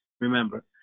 remember